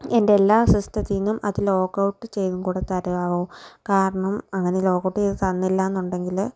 എന്റെ എല്ലാ സിസ്റ്റത്തിൽ നിന്നും അത് ലോഗ് ഔട്ട് ചെയ്തും കൂടി തരുമോ കാരണം അങ്ങനെ ലോഗ് ഔട്ട് ചെയ്തു തന്നില്ലയെന്നുണ്ടെങ്കിൽ